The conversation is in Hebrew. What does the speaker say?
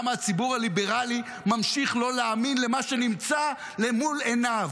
למה הציבור הליברלי ממשיך לא להאמין למה שנמצא למול עיניו?